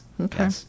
Okay